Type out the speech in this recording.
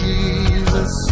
Jesus